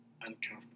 uncomfortable